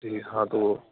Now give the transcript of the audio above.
جی ہاں تو